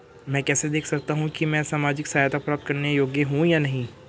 मैं कैसे देख सकता हूं कि मैं सामाजिक सहायता प्राप्त करने योग्य हूं या नहीं?